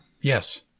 Yes